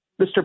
Mr